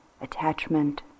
attachment